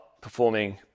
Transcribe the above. performing